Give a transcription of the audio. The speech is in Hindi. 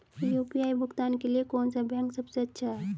यू.पी.आई भुगतान के लिए कौन सा बैंक सबसे अच्छा है?